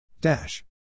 Dash